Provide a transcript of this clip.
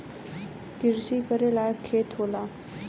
किरसी करे लायक खेत होला